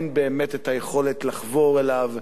אין באמת היכולת לחבור אליו.